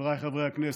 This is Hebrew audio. חבריי חברי הכנסת,